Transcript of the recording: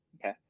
Okay